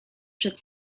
przed